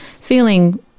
feeling